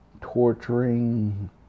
torturing